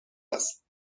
است